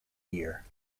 year